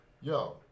Yo